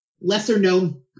lesser-known